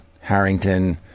Harrington